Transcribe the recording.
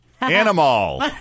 Animal